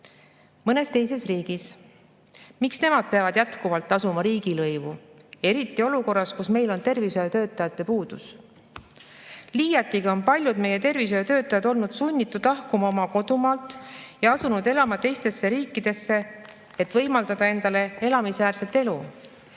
mõnes teises riigis. Miks nemad peavad jätkuvalt tasuma riigilõivu, eriti olukorras, kus meil on tervishoiutöötajate puudus? Liiatigi on paljud meie tervishoiutöötajad olnud sunnitud lahkuma oma kodumaalt ja asunud elama teise riiki, et võimaldada endale elamisväärset elu.